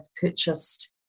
purchased